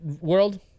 world